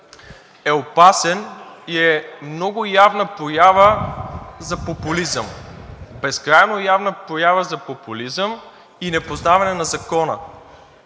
е опасен и е много явна проява за популизъм – безкрайно явна проява за популизъм и непознаване на закона,